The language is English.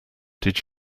did